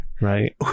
right